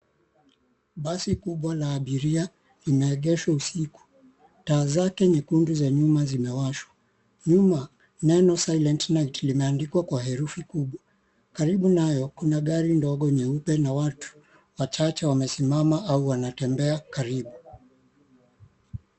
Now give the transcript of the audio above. Basi kubwa la abiria lime limeegeshwa usiku. Taa zake nyekundu za nyuma zimewashwa. Nyuma, neno [𝑐𝑠]SILENT 𝑁𝐼𝐺𝐻𝑇[𝑐𝑠] limeandikwa kwa herufi kubwa. Karibu nayo kuna gari ndogo nyeupe na watu wachache wamesimama au wanatembea karibu.